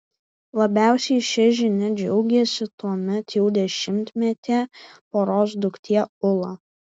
labiausiai šia žinia džiaugėsi tuomet jau dešimtmetė poros duktė ula